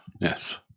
Yes